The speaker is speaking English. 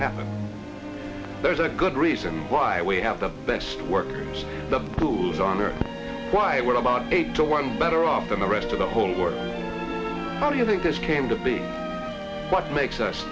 happen there's a good reason why we have the best workers the tools on earth why we're about eight to one better off than the rest of the whole world how do you think this came to be what makes us